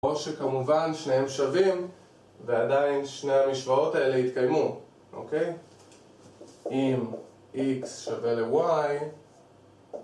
או שכמובן שניהם שווים ועדיין שני המשוואות האלה יתקיימו אוקיי? אם x שווה ל-y